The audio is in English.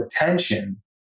attention